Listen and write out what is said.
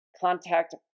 contact